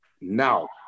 now